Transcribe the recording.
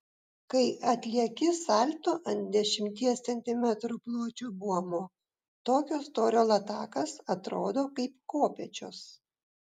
kai atlieki salto ant dešimties centimetrų pločio buomo tokio storio latakas atrodo kaip kopėčios